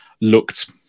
looked